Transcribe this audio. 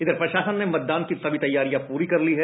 इधर प्रशासन ने मतदान की सभी तैयारियां पूरी कर ली है